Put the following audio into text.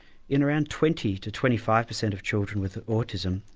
in around twenty to twenty five per cent of children with autism,